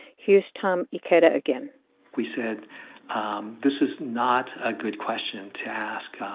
here's tom ikeda again we said this is not a good question to ask